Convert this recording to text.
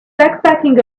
backpacking